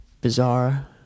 bizarre